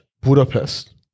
Budapest